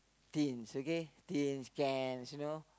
tins okay tins cans you know